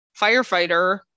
firefighter